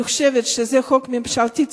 אני חושבת שהוא צריך להיות חוק ממשלתי: